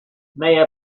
may